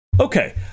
Okay